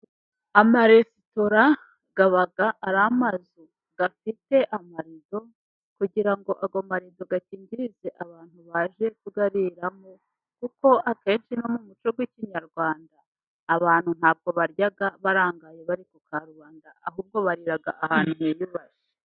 Amaresitora aba ar'amazu afite amarido, kugira ngo ayomarido akingirize abantu baje kuyariramo, kuko akenshi no mu muco w'akinyarwanda, abantu ntabwo barya barangaje bari ku karubanda, ahubwo barira ahantu hiyubashye.